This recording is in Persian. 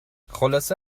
خلاصه